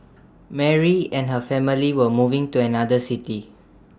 Mary and her family were moving to another city